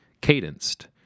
cadenced